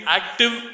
active